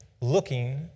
looking